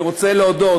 אני רוצה להודות,